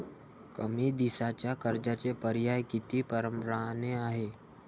कमी दिसाच्या कर्जाचे पर्याय किती परमाने हाय?